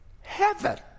heaven